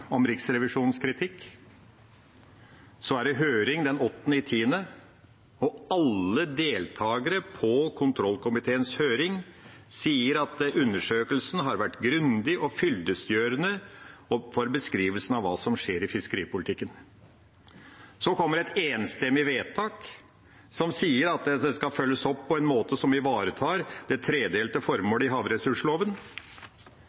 om Riksrevisjonens kritikk. Det er høring 8. oktober, og alle deltagere på kontrollkomiteens høring sier at undersøkelsen har vært grundig og fyllestgjørende for beskrivelsen av hva som skjer i fiskeripolitikken. Så kommer et enstemmig vedtak som sier at dette skal følges opp på en måte som ivaretar det tredelte